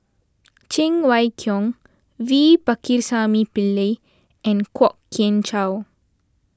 Cheng Wai Keung V Pakirisamy Pillai and Kwok Kian Chow